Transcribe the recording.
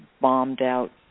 bombed-out